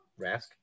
Rask